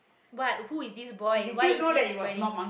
what who is this boy why is he spreading